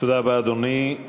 תודה רבה, אדוני.